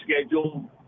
schedule